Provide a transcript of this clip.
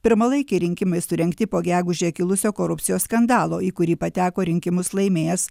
pirmalaikiai rinkimai surengti po gegužę kilusio korupcijos skandalo į kurį pateko rinkimus laimėjęs